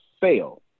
fail